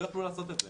לא יוכלו לעשות את זה.